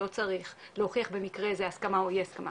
לא צריך להוכיח במקרה זה הסכמה או אי הסכמה,